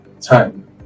time